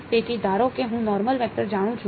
તેથી ધારો કે હું નોર્મલ વેક્ટર જાણું છું